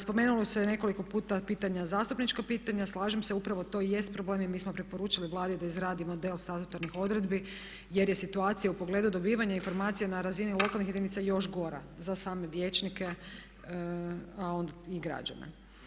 Spomenulo se i nekoliko puta pitanja zastupnička pitanja, slažem se, upravo to i jest problem i mi smo preporučili Vladi da izradi model statutarnih odredbi jer je situacija u pogledu dobivanja informacija na lokanih jedinica još gora za same vijećnike i građane.